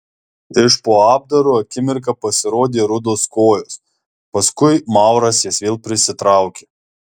iš po apdaro akimirką pasirodė rudos kojos paskui mauras jas vėl prisitraukė